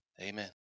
amen